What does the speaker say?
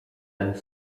ten